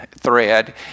thread